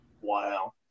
wow